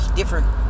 different